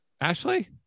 Ashley